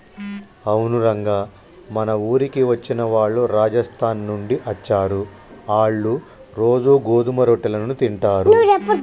అవును రంగ మన ఊరికి వచ్చిన వాళ్ళు రాజస్థాన్ నుండి అచ్చారు, ఆళ్ళ్ళు రోజూ గోధుమ రొట్టెలను తింటారు